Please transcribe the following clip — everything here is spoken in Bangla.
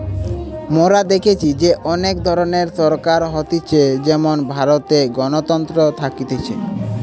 মোরা দেখেছি যে অনেক ধরণের সরকার হতিছে যেমন ভারতে গণতন্ত্র থাকতিছে